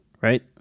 right